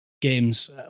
games